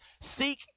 Seek